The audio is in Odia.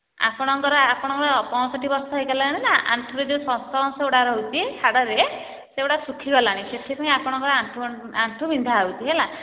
ଆପଣଙ୍କର ଆପଣଙ୍କର ପଁଷଠି ବର୍ଷ ହୋଇଗଲାଣି ନା ଆଣ୍ଠୁରେ ଯେଉଁ ସଂସ ଅଂଶଗୁଡ଼ା ରହୁଛି ହାଡ଼ରେ ସେଗୁଡ଼ା ଶୁଖିଗଲାଣି ସେଥିପାଇଁ ଆପଣଙ୍କ ଆଣ୍ଠୁ ଆଣ୍ଠୁ ବିନ୍ଧା ହେଉଛି ହେଲା